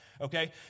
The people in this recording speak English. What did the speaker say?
okay